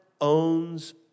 owns